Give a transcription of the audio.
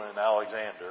Alexander